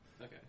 Okay